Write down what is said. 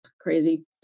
crazy